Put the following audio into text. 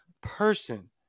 person